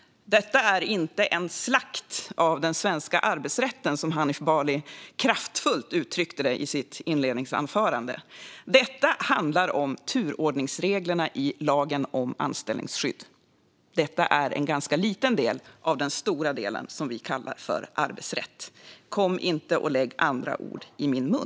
Detta är inte en slakt av den svenska arbetsrätten, som Hanif Bali kraftfullt uttryckte det i sitt inledningsanförande. Detta handlar om turordningsreglerna i lagen om anställningsskydd. Det är en ganska liten del i den stora del som vi kallar arbetsrätt. Kom inte och lägg andra ord i min mun!